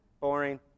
boring